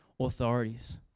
Authorities